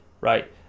right